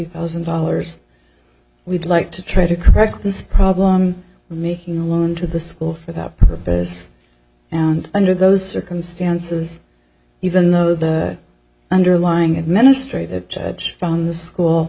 thousand dollars we'd like to try to correct this problem making a loan to the school for that purpose and under those circumstances even though the underlying administrative judge found the school